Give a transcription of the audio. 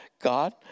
God